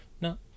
no